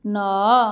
ନଅ